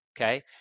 okay